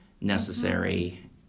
necessary